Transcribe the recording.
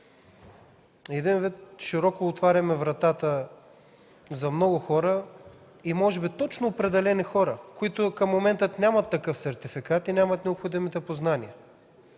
един вид широко отваряме вратата за много хора и може би точно определени хора, които към момента нямат такъв сертификат и нямат необходимите познания?